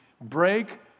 break